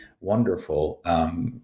wonderful